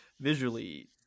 visually